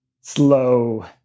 slow